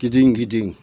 गिदिं गिदिं